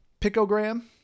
Picogram